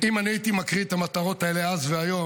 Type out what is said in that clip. אם אני הייתי מקריא את המטרות האלה אז והיום,